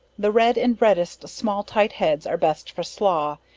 the red and redest small tight heads, are best for slaw,